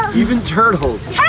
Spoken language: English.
even turtles.